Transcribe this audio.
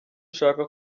ushaka